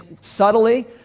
subtly